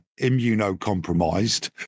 immunocompromised